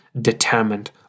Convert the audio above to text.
determined